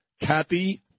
Kathy